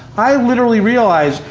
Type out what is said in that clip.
i literally realized,